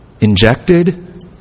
injected